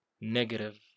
negative